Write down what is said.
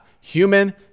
human